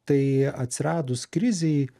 tai atsiradus krizei